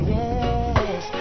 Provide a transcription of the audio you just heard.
yes